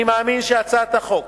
אני מאמין שהצעת החוק,